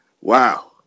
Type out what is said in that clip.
Wow